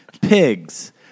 pigs